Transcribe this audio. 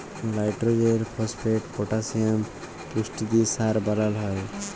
লাইট্রজেল, phosphate, potassium পুষ্টি দিঁয়ে সার বালাল হ্যয়